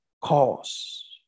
cause